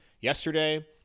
yesterday